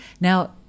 now